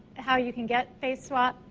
how you can get face swap?